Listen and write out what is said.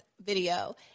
video